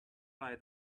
fly